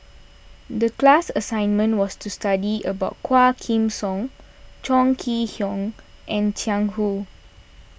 the class assignment was to study about Quah Kim Song Chong Kee Hiong and Jiang Hu